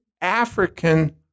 African